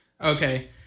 Okay